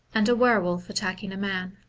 and a were wolf attacking a man.